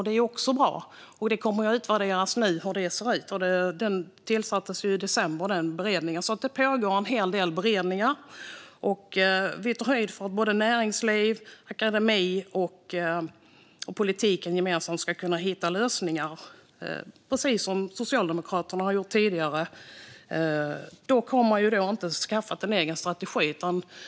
Det är också bra, och det kommer att utvärderas hur det ser ut nu. Den utredningen tillsattes i december, så det pågår en hel del beredningar. Vi tar höjd för att näringslivet, akademin och politiken gemensamt ska kunna hitta lösningar, precis som Socialdemokraterna har gjort tidigare. Dock har man inte skaffat en egen strategi.